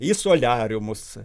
į soliariumus